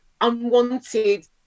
unwanted